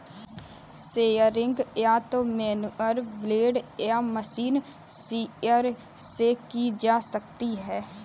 shearing या तो manual blade या मशीन शीयर से की जा सकती है